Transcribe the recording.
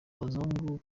abazungu